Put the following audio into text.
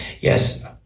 Yes